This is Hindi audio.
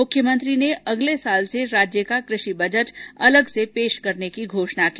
मुख्यमंत्री ने अगले वर्ष से राज्य का कृषि बजट अलग से पेश करने की घोषणा की